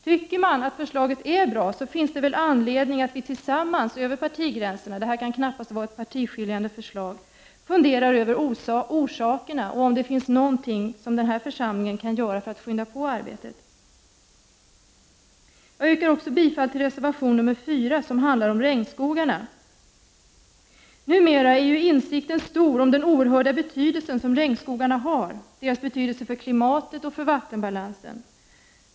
Tycker man att förslaget är bra finns det väl anledning att vi tillsammans över partigränserna — detta kan knappast vara ett partiskiljande förslag — funderar över orsakerna och om det finns något som denna församling kan göra för att skynda på arbetet. Jag yrkar också bifall till reservation 4 som handlar om regnskogarna. Numera är insikten stor om den oerhörda betydelse som regnskogarna har, dvs. deras betydelse för klimatet och för vattenbalansen.